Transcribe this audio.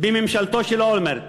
עם ממשלתו של אולמרט.